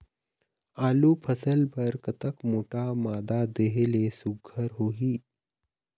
आलू फसल बर कतक मोटा मादा देहे ले सुघ्घर होही?